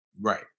Right